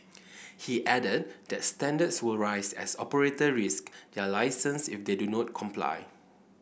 he added that standards will rise as operators risk their licence if they do not comply